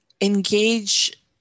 engage